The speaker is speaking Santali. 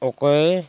ᱚᱠᱚᱭ